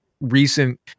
recent